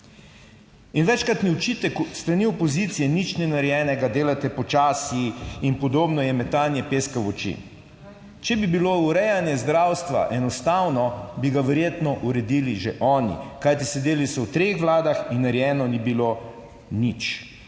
In večkratni očitek s strani opozicije, nič ni narejenega, delate počasi in podobno je metanje peska v oči. Če bi bilo urejanje zdravstva enostavno, bi ga verjetno uredili že oni, kajti sedeli so v treh vladah in narejeno ni bilo nič.